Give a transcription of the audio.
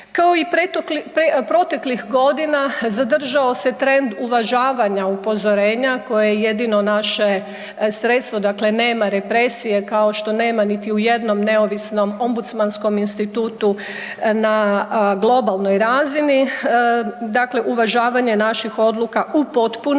Kao i proteklih godina zadržao se trend uvažavanja upozorenja koje je jedino naše sredstvo, dakle nema represije kao što nema ni u jednom neovisnom ombudsmanskom institutu na globalnoj razini. Dakle uvažavanje naših odluka u potpunosti